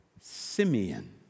Simeon